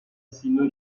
sino